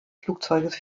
flugzeuges